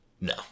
No